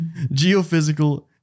Geophysical